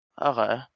Okay